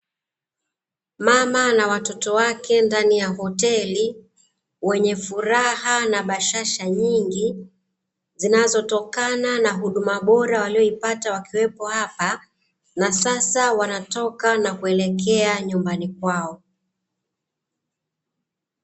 Mama na watoto wake ndani ya hoteli, wenye furaha na bashasha nyingi, zinazotokana na huduma bora waliyoipata wakiwepo hapa na sasa wanatoka na kuelekea nyumbani kwao.